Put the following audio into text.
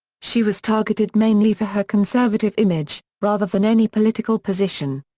she was targeted mainly for her conservative image, rather than any political position.